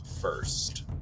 first